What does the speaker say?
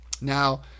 Now